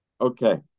okay